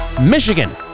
Michigan